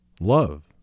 love